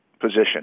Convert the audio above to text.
position